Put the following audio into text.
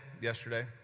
yesterday